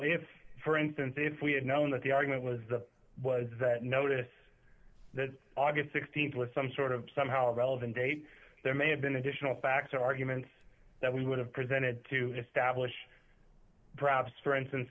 if for instance if we had known that the argument was that was that notice that august th was some sort of somehow relevant date there may have been additional facts or arguments that we would have presented to establish perhaps for instance